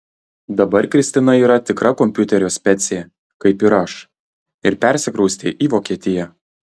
dabar kristina yra tikra kompiuterio specė kaip ir aš ir persikraustė į vokietiją